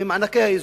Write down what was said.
ממענקי האיזון.